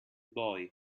boy